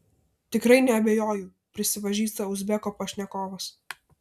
tikrai neabejoju prisipažįsta uzbeko pašnekovas